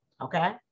okay